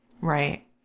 right